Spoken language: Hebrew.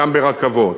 גם ברכבות.